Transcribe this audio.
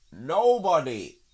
Nobody